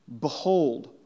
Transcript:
Behold